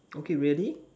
okay really